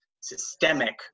systemic